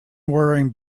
wearing